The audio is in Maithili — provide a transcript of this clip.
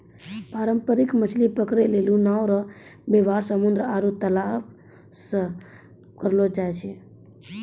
पारंपरिक मछली पकड़ै लेली नांव रो वेवहार समुन्द्र आरु तालाश मे करलो जाय छै